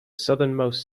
southernmost